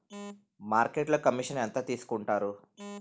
మార్కెట్లో కమిషన్ ఎంత తీసుకొంటారు?